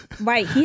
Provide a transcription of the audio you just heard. Right